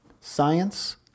Science